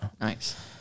Nice